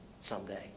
someday